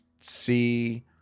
see